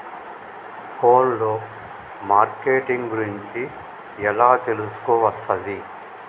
Phone లో marketing గురించి ఎలా తెలుసుకోవస్తది?